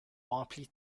rempli